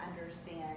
understand